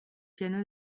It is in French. piano